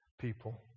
people